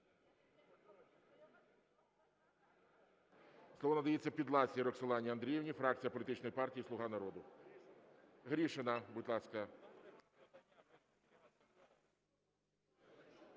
Слово надається Підласій Роксолані Андріївні, фракція політичної партії "Слуга народу". Гришина, будь ласка.